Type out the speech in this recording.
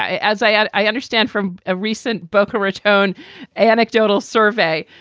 as i ah i understand from a recent boca raton anecdotal survey,